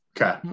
Okay